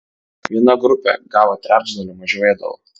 viena grupė gavo trečdaliu mažiau ėdalo